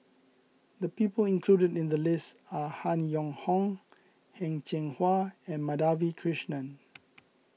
the people included in the list are Han Yong Hong Heng Cheng Hwa and Madhavi Krishnan